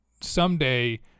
someday